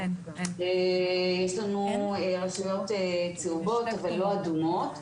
יש לנו רשויות צהובות, אבל לא אדומות.